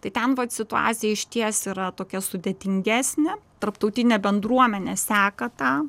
tai ten vat situacija išties yra tokia sudėtingesnė tarptautinė bendruomenė seka tą